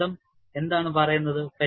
സിദ്ധാന്തം എന്താണ് പറയുന്നത്